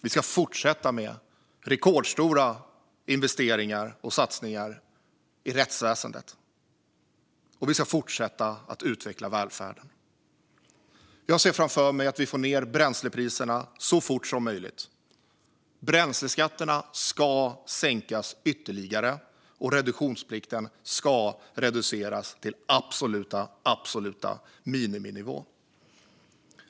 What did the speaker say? Vi ska fortsätta med rekordstora investeringar och satsningar på rättsväsendet, och vi ska fortsätta att utveckla välfärden. Jag ser framför mig att vi får ned bränslepriserna så fort som möjligt. Bränsleskatterna ska sänkas ytterligare, och reduktionsplikten ska reduceras till den absoluta miniminivån.